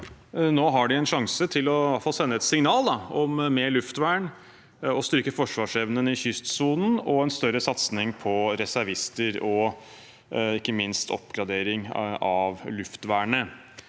Nå har de en sjanse til å få sendt et signal om mer luftvern, styrket forsvarsevne i kystsonen, større satsing på reservister og ikke minst oppgradering av luftvernet.